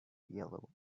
yellow